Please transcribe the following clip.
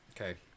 Okay